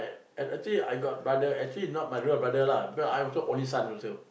and actually I got brother actually not my real brother lah because I'm also only son also